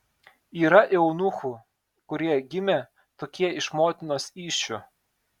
yra eunuchų kurie gimė tokie iš motinos įsčių